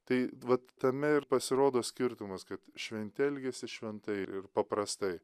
tai vat tame ir pasirodo skirtumas kad šventi elgiasi šventai ir paprastai